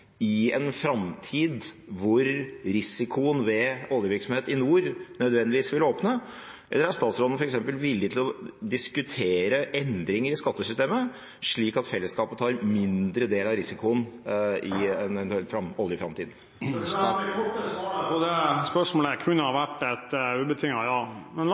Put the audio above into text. i en framtid hvor risikoen ved oljevirksomhet i nord nødvendigvis vil øke, eller er statsråden villig til å diskutere f.eks. endringer i skattesystemet, slik at fellesskapet tar en mindre del av risikoen i en eventuell oljeframtid? Da er tiden ute. Det korte svaret på det spørsmålet kunne vært et ubetinget ja. Men la